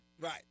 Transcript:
right